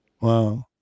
Wow